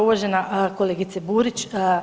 Uvažena kolegice Burić.